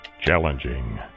Challenging